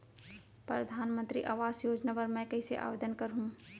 परधानमंतरी आवास योजना बर मैं कइसे आवेदन करहूँ?